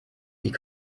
die